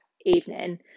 evening